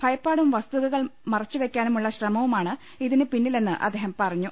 ഭയപ്പാടും വസ്തുതകൾ മറച്ചുവെക്കാനുളള ശ്രമവുമാണ് ഇതിന് പിന്നിലെന്ന് അദ്ദേഹം പറഞ്ഞു